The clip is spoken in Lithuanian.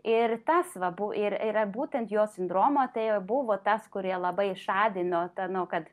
ir ta svarbu ir yra būtent jo sindromo tai buvo tas kurie labai žadino ta nu kad